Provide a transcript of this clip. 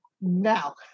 now